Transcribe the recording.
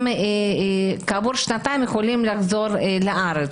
וכעבור שנתיים הם יכולים לחזור לארץ.